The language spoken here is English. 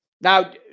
Now